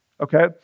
Okay